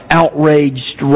outraged